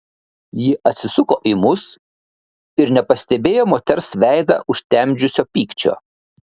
ji atsisuko į mus ir nepastebėjo moters veidą užtemdžiusio pykčio